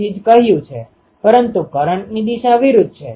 જો હું આમ કરું તો 1 2 મને આની જેમ પેટર્ન આપશે પરંતુ આ પેટર્ન અહીં આવશે